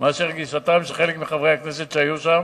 מאשר גישתם של חלק מחברי הכנסת שהיו שם,